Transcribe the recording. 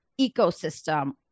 ecosystem